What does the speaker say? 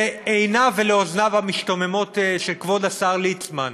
לעיניו ולאוזניו המשתוממות של כבוד השר ליצמן,